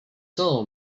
soul